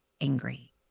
angry